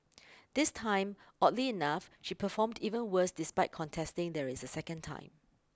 this time oddly enough she performed even worse despite contesting there is a second time